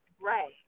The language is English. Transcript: Right